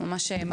אני באמת אשמח,